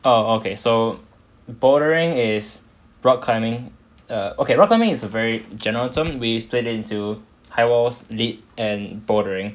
oh okay so bouldering is rock climbing err okay rock climbing is a very general term we split it into high walls lead and bouldering